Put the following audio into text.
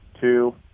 two